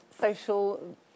social